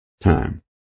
time